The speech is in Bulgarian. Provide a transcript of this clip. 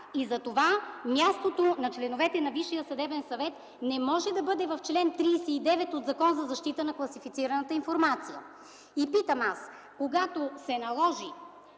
и затова мястото на членовете на Висшия съдебен съвет не може да бъде в чл. 39 от Закона за защита на класифицираната информация. И питам аз, когато се наложи